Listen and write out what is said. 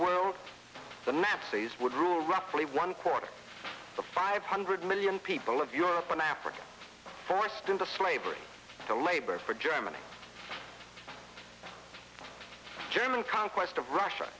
world the map states would rule roughly one quarter the five hundred million people of europe and africa forced into slavery the labor for germany german conquest of russia